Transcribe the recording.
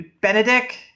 Benedict